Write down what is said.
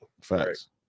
facts